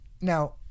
now